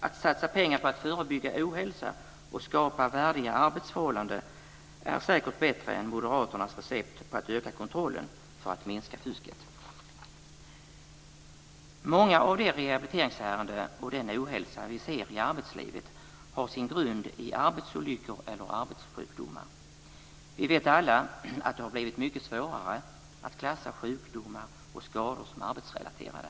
Att satsa pengar på att förebygga ohälsa och skapa värdiga arbetsförhållanden är säkert bättre än moderaternas recept, dvs. att öka kontrollen för att minska fusket. Många av de rehabiliteringsärenden och den ohälsa vi ser i arbetslivet har sin grund i arbetsolyckor eller arbetssjukdomar. Vi vet alla att det har blivit mycket svårare att klassa sjukdomar och skador som arbetsrelaterade.